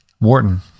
Wharton